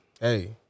Hey